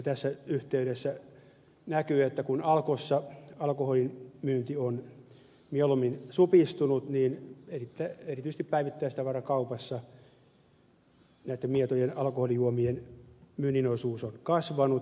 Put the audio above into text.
tässä yhteydessä näkyy että kun alkossa alkoholin myynti on mieluummin supistunut niin erityisesti päivittäistavarakaupassa mietojen alkoholijuomien myynnin osuus on kasvanut